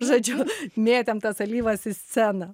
žodžiu mėtėm tas alyvas į sceną